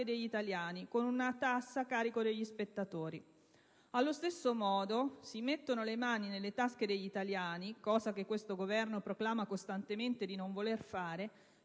degli italiani con una tassa a carico degli spettatori. Allo stesso modo, si mettono le mani nelle tasche degli italiani (cosa che questo Governo proclama costantemente di non voler fare)